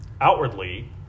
Outwardly